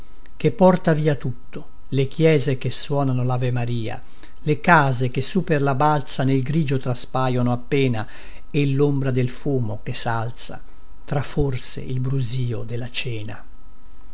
che porta via tutto le chiese che suonano lavemaria le case che su per la balza nel grigio traspaiono appena e lombra del fumo che salza tra forse il brusìo della cena